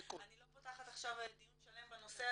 אני לא פותחת עכשיו דיון שלם בנושא הזה,